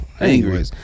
angry